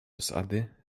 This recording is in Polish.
osady